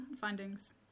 findings